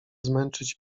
zmęczyć